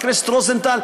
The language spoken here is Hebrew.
חבר הכנסת רוזנטל,